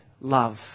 love